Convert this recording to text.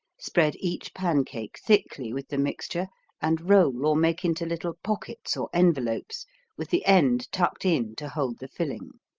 spread each pancake thickly with the mixture and roll or make into little pockets or envelopes with the end tucked in to hold the filling.